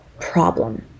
problem